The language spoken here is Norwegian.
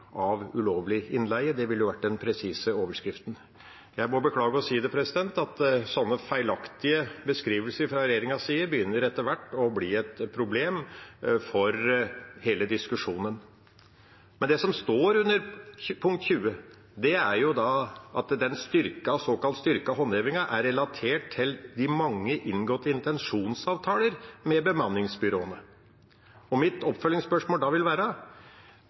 av ulovlig innleie. Det ville vært den presise overskriften. Jeg må beklage å si at sånne feilaktige beskrivelser fra regjeringas side etter hvert begynner å bli et problem for hele diskusjonen. Det som står under punkt 20, er at den såkalt styrkede håndhevingen er relatert til de mange inngåtte intensjonsavtaler med bemanningsbyråene. Mitt oppfølgingsspørsmål er da: